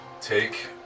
take